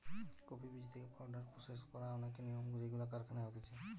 coffee বীজ থেকে powder process করার অনেক নিয়ম যেইগুলো কারখানায় হতিছে